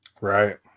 Right